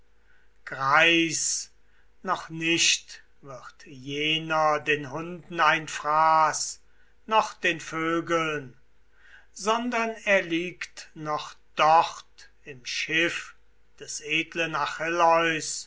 noch nicht wird jener den hunden ein fraß noch den vögeln sondern er liegt noch dort im schiff des